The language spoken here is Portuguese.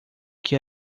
que